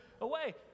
away